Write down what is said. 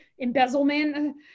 embezzlement